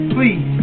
Please